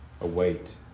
await